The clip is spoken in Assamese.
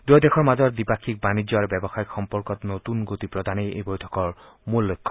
দূয়ো দেশৰ মাজৰ দ্বিপাক্ষিক বাণিজ্য আৰু ব্যৱসায়িক সম্পৰ্কত নতূন গতি প্ৰদানেই এই বৈঠকৰ মূল লক্ষ্য